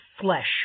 flesh